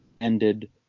ended